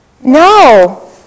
No